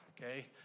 okay